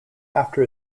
after